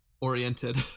oriented